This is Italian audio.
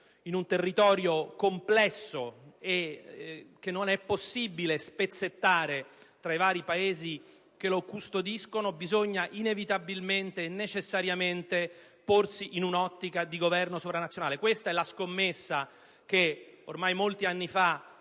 in un territorio complesso, che non è possibile spezzettare tra i vari Paesi che lo custodiscono, bisogna inevitabilmente e necessariamente porsi in un'ottica di governo sovranazionale. Questa è la scommessa che ormai molti anni fa